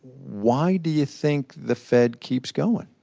why do you think the fed keeps going?